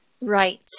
Right